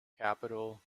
capital